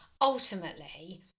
ultimately